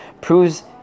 proves